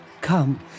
Come